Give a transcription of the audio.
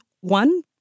one